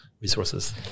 resources